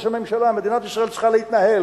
ראש הממשלה: מדינת ישראל צריכה להתנהל.